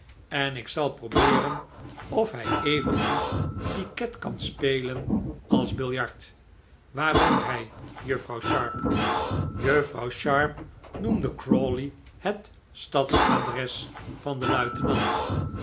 en ik zal probeeren of hij even goed piquet kan spelen als biljart waar woont hij juffrouw sharp juffrouw sharp noemde crawley het stadsadres van den luitenant